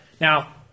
Now